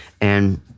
and-